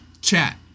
chat